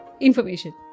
information